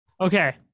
Okay